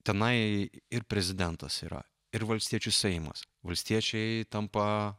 tenai ir prezidentas yra ir valstiečių seimas valstiečiai tampa